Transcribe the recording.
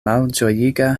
malĝojiga